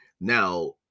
now